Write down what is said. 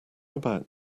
about